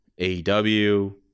AEW